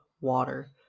water